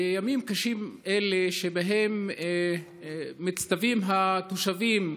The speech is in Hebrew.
בימים קשים אלה מצטווים התושבים,